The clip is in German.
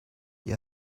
ihr